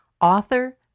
author